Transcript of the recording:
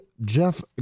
Jeff